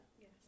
Yes